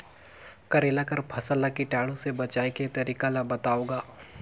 करेला कर फसल ल कीटाणु से बचाय के तरीका ला बताव ग?